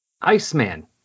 Iceman